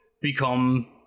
become